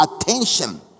attention